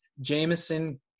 Jameson